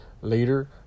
later